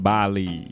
Bali